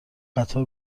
قطار